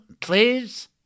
please